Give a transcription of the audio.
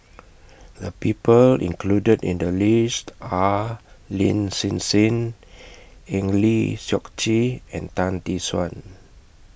The People included in The list Are Lin Hsin Hsin Eng Lee Seok Chee and Tan Tee Suan